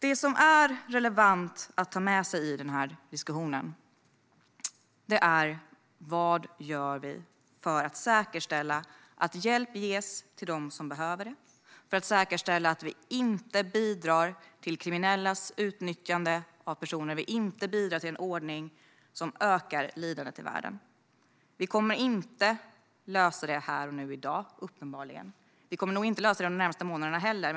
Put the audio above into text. Det som är relevant att ta med sig i diskussionen är vad vi gör för att säkerställa att hjälp ges till dem som behöver det, för att säkerställa att vi inte bidrar till kriminellas utnyttjande av personer och för att säkerställa att vi inte bidrar till en ordning som ökar lidandet i världen. Vi kommer uppenbarligen inte att lösa detta här och nu i dag. Vi kommer nog inte att lösa det under de närmaste månaderna heller.